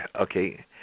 Okay